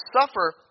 suffer